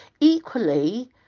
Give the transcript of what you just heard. Equally